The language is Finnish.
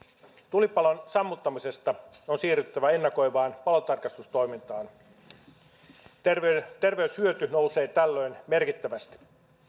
tulipalon sammuttamisesta on siirryttävä ennakoivaan palotarkastustoimintaan terveyshyöty nousee tällöin merkittävästi